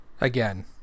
again